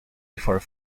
before